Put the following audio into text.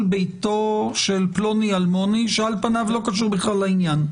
ביתו של פלוני אלמוני שעל פניו לא קשור בכלל לעניין.